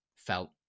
felt